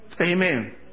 Amen